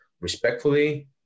respectfully